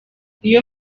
iyo